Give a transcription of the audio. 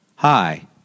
Hi